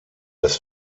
des